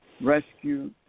Rescue